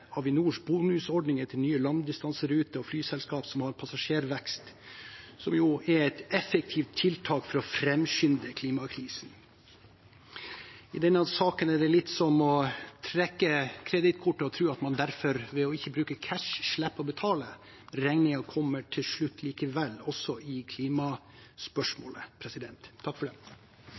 Avinors bonusordninger til nye langdistanseruter og flyselskap som har passasjervekst, som er et effektivt tiltak for å framskynde klimakrisen. I denne saken er det litt som å trekke kredittkortet og tro at man ved ikke å bruke cash slipper å betale. Regningen kommer til slutt likevel, også i klimaspørsmålet. Representanten Christian Torset har tatt opp de forslagene han refererte til. Det